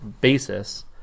basis